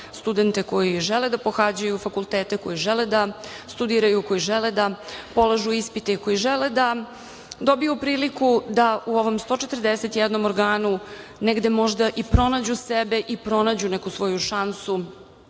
studente koji žele da pohađaju fakultet, koji žele da studiraju, koji žele polažu ispit i koji žele da dobiju priliku da u ovom 141 organu negde možda i pronađu sebe i pronađu neku svoju šansu